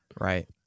Right